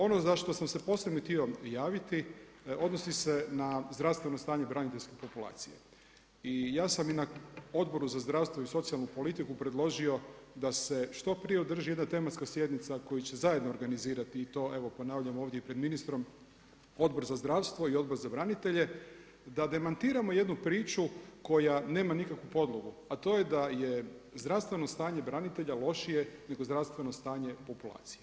Ono za što sam se posebno htio javiti odnosi se na zdravstveno stanje braniteljske populacije i ja sam i na Odboru za zdravstvo i socijalnu politiku predložio da se što prije održi jedna tematska sjednica koju će zajedno organizirati i to evo ponavljam ovdje i pred ministrom Odbor za zdravstvo i Odbor za branitelje da demantiramo jednu priču koja nema nikakvu podlogu, a to je da je zdravstveno stanje branitelja lošije nego zdravstveno stanje populacije.